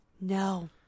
No